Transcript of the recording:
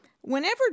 whenever